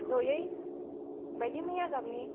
जयै बायदि मैया गाबनि